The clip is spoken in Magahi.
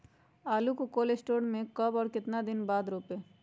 आलु को कोल शटोर से ले के कब और कितना दिन बाद रोपे?